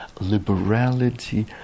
liberality